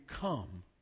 come